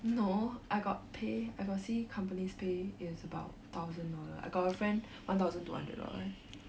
no I got pay I got see companies pay is about thousand dollar I got a friend one thousand two hundred dollar eh